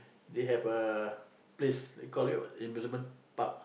they have uh place they call it was the amusement park